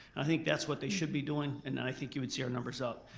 i think that's what they should be doing and and i think you would see our numbers up.